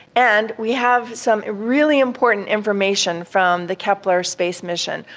and we have some really important information from the kepler space mission,